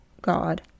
God